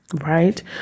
Right